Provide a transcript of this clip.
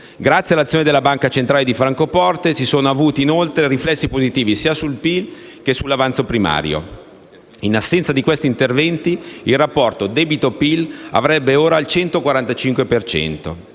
Grazie all'azione della Banca centrale di Francoforte si sono avuti inoltre riflessi positivi sia sul PIL, sia sull'avanzo primario. In assenza di questi interventi, il rapporto tra debito e PIL sarebbe ora al 145